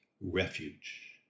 refuge